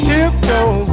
Tiptoe